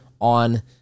on